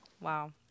wow